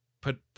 put